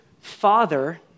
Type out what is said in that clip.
father